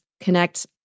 connect